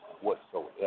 whatsoever